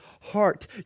heart